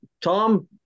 Tom